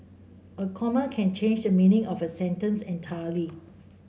a comma can change the meaning of a sentence entirely